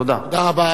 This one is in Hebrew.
תודה רבה.